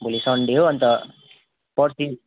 भोलि सन्डे हो अन्त पर्सि